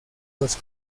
los